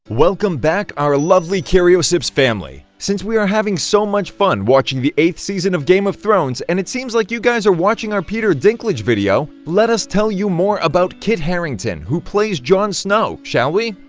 welcome back our lovely curiosips family! since we are having so much fun watching the eighth season of game of thrones and it seems like you guys like watching our peter dinklage video, let us tell you more about kit harington who plays jon snow! shall we?